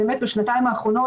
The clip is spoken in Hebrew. בשנתיים האחרונות,